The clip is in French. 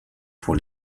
pour